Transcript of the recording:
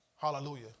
Hallelujah